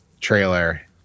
trailer